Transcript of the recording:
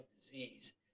disease